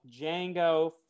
Django